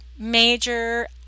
major